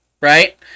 Right